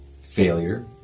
failure